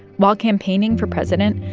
while campaigning for president,